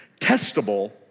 testable